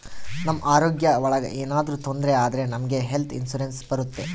ನಮ್ ಆರೋಗ್ಯ ಒಳಗ ಏನಾದ್ರೂ ತೊಂದ್ರೆ ಆದ್ರೆ ನಮ್ಗೆ ಹೆಲ್ತ್ ಇನ್ಸೂರೆನ್ಸ್ ಬರುತ್ತೆ